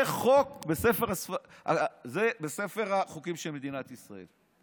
זה חוק בספר החוקים של מדינת ישראל.